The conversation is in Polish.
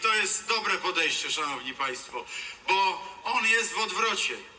To jest dobre podejście, szanowni państwo, bo on jest w odwrocie.